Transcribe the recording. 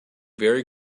very